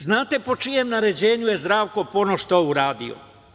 Znate po čijem naređenju je Zdravko Ponoš to uradio?